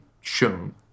shown